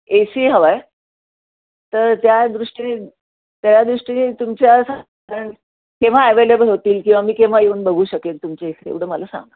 ए C हवा आहे तर त्या दृष्टीने त्या दृष्टीने तुमच्या केव्हा ॲवेलेबल होतील किंवा मी केव्हा येऊन बघू शकेल तुमचे एवढं मला सांगा